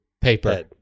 paper